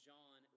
John